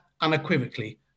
unequivocally